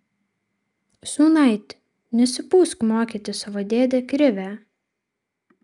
sūnaiti nesipūsk mokyti savo dėdę krivę